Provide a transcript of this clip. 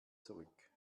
zurück